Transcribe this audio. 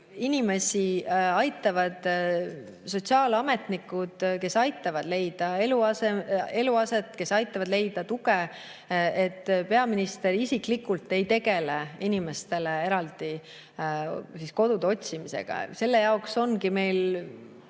inimesi aitavad sotsiaalametnikud, kes aitavad leida eluaset, kes aitavad leida tuge. Peaminister isiklikult ei tegele inimestele kodude otsimisega. Selle jaoks ongi meil